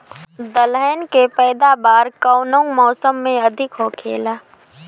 दलहन के पैदावार कउन मौसम में अधिक होखेला?